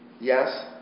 Yes